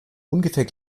ungefähr